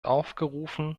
aufgerufen